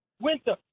winter